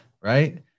right